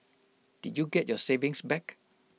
did you get your savings back